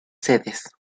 sedes